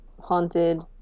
haunted